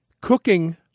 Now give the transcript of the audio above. cooking